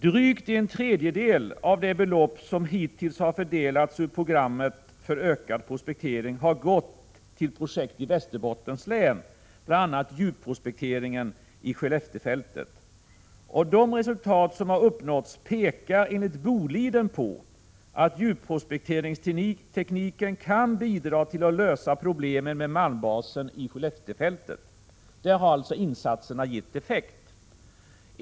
Drygt en tredjedel av det belopp som hittills har fördelats ur programmet för ökad prospektering har gått till projekt i Västerbottens län, bl.a. djupprospekteringen i Skelleftefältet. De resultat som har uppnåtts pekar enligt Boliden på att djupprospekteringstekniken kan bidra till att lösa problemen med malmbasen i Skelleftefältet. Där har alltså insatserna givit effekt.